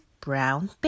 brown